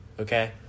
okay